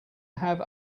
have